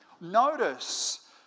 Notice